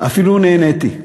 אפילו נהניתי.